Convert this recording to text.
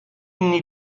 inni